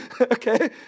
Okay